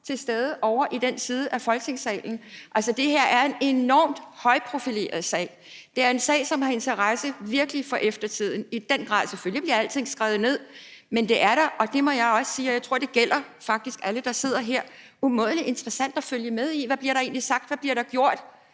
til stede ovre i den røde side af Folketingssalen? Det her er en enormt højtprofileret sag. Det er en sag, som i den grad virkelig har interesse for eftertiden. Selvfølgelig bliver alting skrevet ned, men det er der. Og jeg må også sige – og jeg tror, det faktisk gælder alle, der sidder her – at det er umådelig interessant at følge med i, hvad der egentlig bliver sagt,